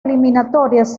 eliminatorias